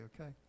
okay